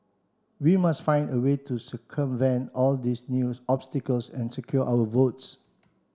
we must find a way to circumvent all these new obstacles and secure our votes